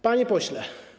Panie Pośle!